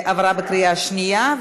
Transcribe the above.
עברה בקריאה שנייה.